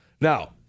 Now